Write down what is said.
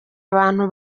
abantu